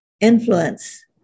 influence